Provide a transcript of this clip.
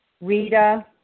Rita